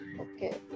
Okay